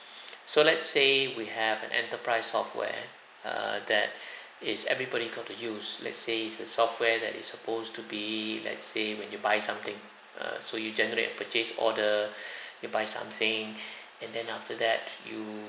so let's say we have an enterprise software err that is everybody got to use let's say it's a software that is supposed to be let's say when you buy something err so you generate a purchase order you buy something and then after that you